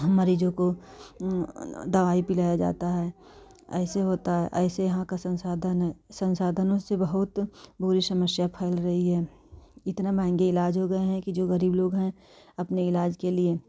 हम मरीज़ों को दवाई पिलाया जाता है ऐसे होता है ऐसे यहाँ का संसाधन है संसाधनों से बहुत बुरी समस्या फैल रही है इतना महंगा इलाज हो गएँ हैं जो गरीब लोग हैं अपने इलाज के लिए